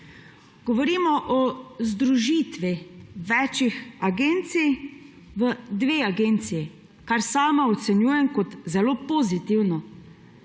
Govorimo o združitvi več agencij v dve agenciji, kar sama ocenjujem kot zelo pozitivno,